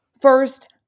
First